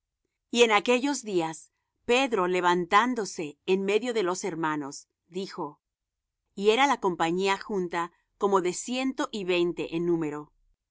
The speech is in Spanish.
y en aquellos días pedro levantándose en medio de los hermanos dijo y era la compañía junta como de ciento y veinte en número